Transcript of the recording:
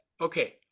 okay